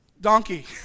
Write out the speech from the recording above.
donkey